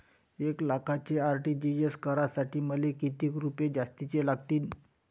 एक लाखाचे आर.टी.जी.एस करासाठी मले कितीक रुपये जास्तीचे लागतीनं?